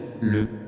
le